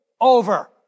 over